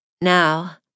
Now